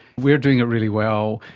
we're doing it really well,